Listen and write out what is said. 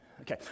Okay